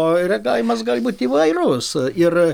o reagavimas gali būt įvairus ir